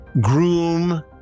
groom